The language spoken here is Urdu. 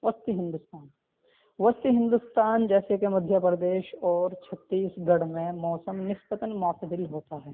وسطی ہندوستان وسطی ہندوستان جیسے کہ مدھیہ پردیش اور چھتیس گڑھ میں موسم نسبتاً معتدل ہوتا ہے